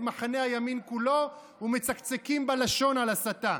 מחנה הימין כולו ומצקצקים בלשון על ההסתה.